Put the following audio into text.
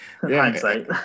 hindsight